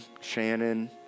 Shannon